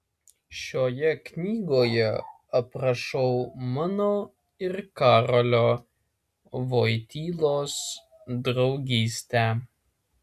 šioje knygoje aprašau mano ir karolio voitylos draugystę